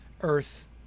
Earth